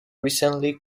recently